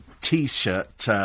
T-shirt